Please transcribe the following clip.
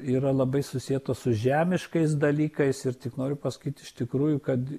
yra labai susietos su žemiškais dalykais ir tik noriu pasakyt iš tikrųjų kad